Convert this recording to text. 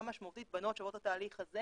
משמעותית שבנות שעוברות את התהליך הזה